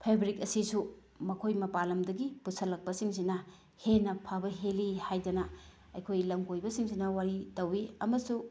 fabric ꯑꯁꯤꯁꯨ ꯃꯈꯣꯏ ꯃꯄꯥꯜ ꯂꯝꯗꯒꯤ ꯄꯨꯁꯤꯜꯂꯛꯄꯁꯤꯡꯁꯤꯅ ꯍꯦꯟꯅ ꯐꯕ ꯍꯦꯜꯂꯤ ꯍꯥꯏꯗꯅ ꯑꯩꯈꯣꯏ ꯂꯝ ꯀꯣꯏꯕꯁꯤꯡꯁꯤꯅ ꯋꯥꯔꯤ ꯇꯧꯏ ꯑꯃꯁꯨ